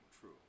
true